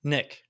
Nick